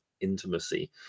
intimacy